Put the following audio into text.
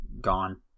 gone